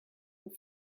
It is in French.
aux